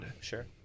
sure